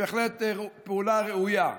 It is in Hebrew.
בהחלט פעולה ראויה.